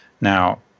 Now